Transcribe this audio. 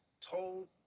told